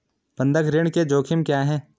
बंधक ऋण के जोखिम क्या हैं?